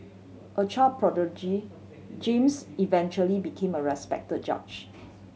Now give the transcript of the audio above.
a child prodigy James eventually became a respect judge